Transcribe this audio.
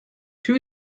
two